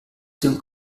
dem